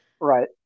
Right